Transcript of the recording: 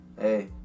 Hey